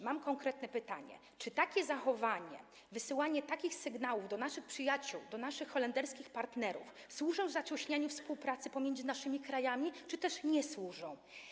Mam konkretne pytanie: Czy takie zachowanie i wysyłanie takich sygnałów do naszych przyjaciół, do naszych holenderskich partnerów służą zacieśnianiu współpracy pomiędzy naszymi krajami, czy też nie służą?